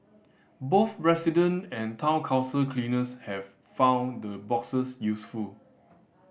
both resident and Town Council cleaners have found the boxes useful